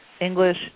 English